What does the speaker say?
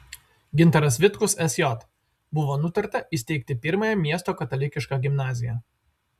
gintaras vitkus sj buvo nutarta įsteigti pirmąją miesto katalikišką gimnaziją